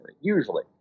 usually